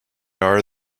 are